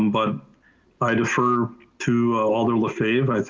um but i defer to alder lefebvre, i